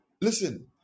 Listen